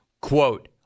Quote